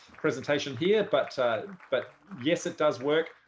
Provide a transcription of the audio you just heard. presentation here, but but yes, it does work.